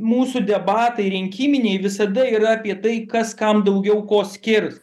mūsų debatai rinkiminiai visada yra apie tai kas kam daugiau ko skirs